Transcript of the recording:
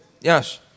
Yes